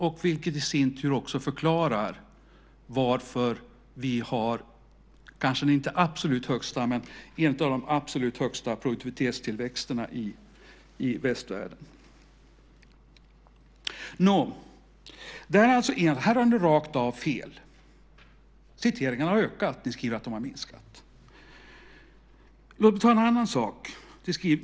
Det förklarar i sin tur varför vi har en av de absolut högsta produktivitetstillväxterna i västvärlden. Här har ni rakt av fel. Citeringarna har ökat. Ni skriver att de har minskat. Låt mig ta en annan sak.